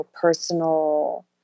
personal